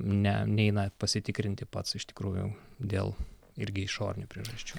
ne neina pasitikrinti pats iš tikrųjų dėl irgi išorinių priežasčių